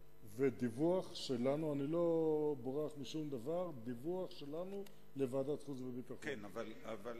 זו תשובתו של ראש האגף, סמנכ"ל במשרד הביטחון.